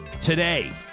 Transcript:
today